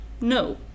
No